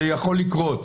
זה יכול לקרות.